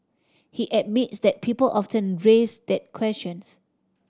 he admits that people often raise that questions